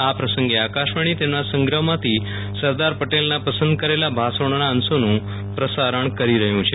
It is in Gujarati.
આ પ્રસંગે આકાશવાણી તેના સંગ્રહમાંથી સરદાર પટેલના પસંદ કરેલા ભાષણોના અંશોનું પ્રસારણ કરી રહ્યું છે